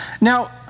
Now